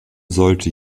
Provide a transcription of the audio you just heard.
sollte